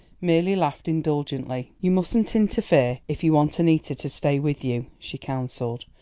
merely laughed indulgently. you mustn't interfere, if you want annita to stay with you, she counselled.